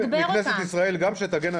צריך לתגבר אותם.